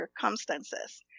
circumstances